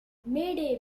mayday